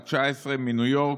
בת 19 מניו יורק,